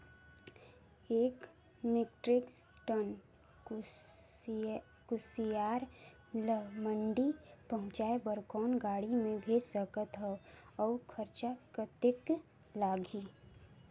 एक metric ton कुसियार ल मंडी पहुंचाय बर कौन गाड़ी मे भेज सकत हव अउ खरचा कतेक लगही?